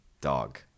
dog